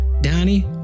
Donnie